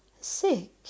sick